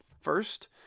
First